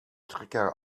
trecker